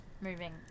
Moving